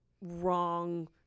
wrong